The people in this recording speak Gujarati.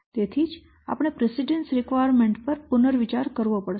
તેથી જ આપણે પ્રીસિડેન્સ રિક્વાયરમેન્ટ પર પુનર્વિચાર કરવો પડશે